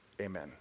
Amen